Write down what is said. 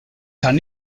kann